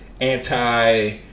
anti